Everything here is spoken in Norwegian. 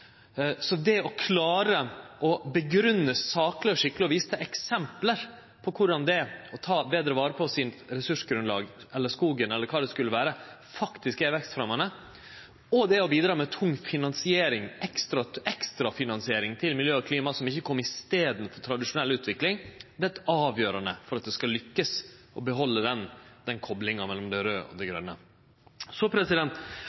Så det å klare å grunngje sakleg og skikkeleg og vise til eksempel på korleis det er å ta betre vare på ressursgrunnlaget, eller skogen eller kva det skulle vere, faktisk er vekstfremjande, og å bidra med tung finansiering – ekstra finansiering – til miljø og klima som ikkje kjem i staden for tradisjonell utvikling, er avgjerande for at ein skal lukkast med å behalde koplinga mellom det raude og det